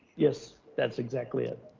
yes, that's exactly it.